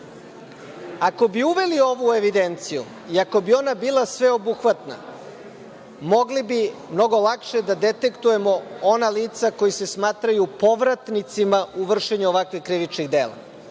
Ako bi uveli ovu evidenciju i ako bi ona bila sveobuhvatna, mogli bi mnogo lakše da detektujemo ona lica koja se smatraju povratnicima u vršenju ovakvih krivičnih dela.